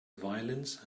violins